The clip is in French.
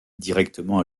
directement